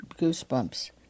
goosebumps